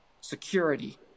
Security